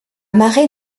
marée